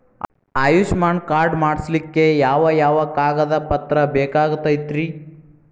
Ayushman card ಮಾಡ್ಸ್ಲಿಕ್ಕೆ ಯಾವ ಯಾವ ಕಾಗದ ಪತ್ರ ಬೇಕಾಗತೈತ್ರಿ?